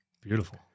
Beautiful